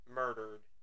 murdered